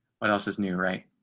what else is new. right.